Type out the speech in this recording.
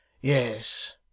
Yes